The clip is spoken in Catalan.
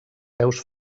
peus